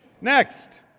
Next